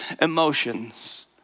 emotions